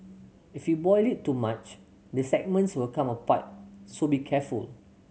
if you boil it too much the segments will come apart so be careful